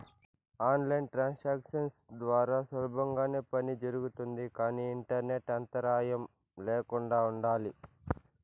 on line transactions ద్వారా సులభంగానే పని జరుగుతుంది కానీ ఇంటర్నెట్ అంతరాయం ల్యాకుండా ఉండాలి